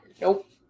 nope